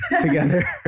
together